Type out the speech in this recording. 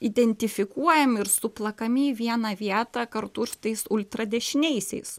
identifikuojami ir suplakami į vieną vietą kartu su tais ultradešiniaisiais